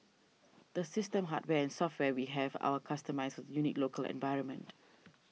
the system hardware and software we have our customised for the unique local environment